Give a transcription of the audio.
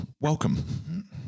welcome